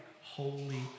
holy